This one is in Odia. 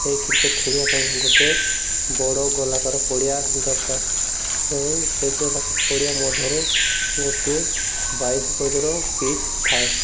ଏହି କ୍ରିକେଟ୍ ଖେଳିବା ପାଇଁ ଗୋଟେ ବଡ଼ ଗୋଲାକାର ପଡ଼ିଆ ଦରକାର ଏବଂ ସେ ଗୋଲାକାର ପଡ଼ିଆ ମଧ୍ୟରେ ଗୋଟିଏ ବାଇଶି ଗୋଜର ବିଚ୍ ଥାଏ